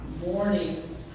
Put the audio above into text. morning